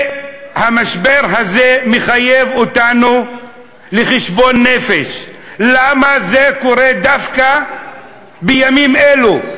והמשבר הזה מחייב אותנו לחשבון נפש: למה זה קורה דווקא בימים אלו?